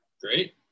Great